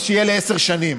אז שיהיה לעשר שנים,